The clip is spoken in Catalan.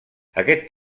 aquest